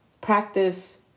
practice